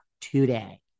today